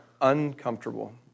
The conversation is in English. uncomfortable